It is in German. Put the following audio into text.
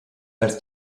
als